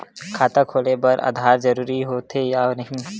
खाता खोले बार आधार जरूरी हो थे या नहीं?